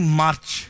march